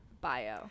bio